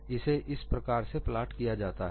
इसे इस प्रकार से प्लॉट किया जाता है